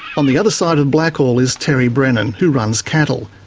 on the other side of blackall is terry brennan, who runs cattle.